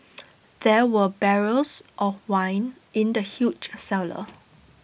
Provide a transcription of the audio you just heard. there were barrels of wine in the huge cellar